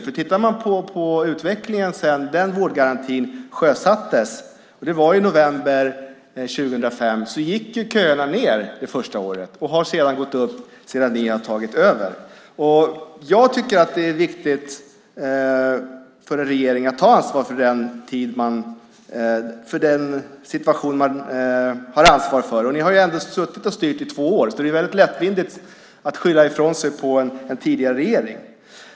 Om man tittar på utvecklingen sedan den vårdgarantin sjösattes i november 2005 ser man att köerna minskade det första året. Men sedan ni tog över har de ökat. Jag tycker att det är viktigt för en regering att verkligen ta ansvar för den situation man är ansvarig för. Ni har ändå suttit och styrt i två år, så det är lättvindigt när ni skyller ifrån er på en tidigare regering.